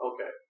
Okay